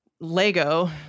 lego